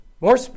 more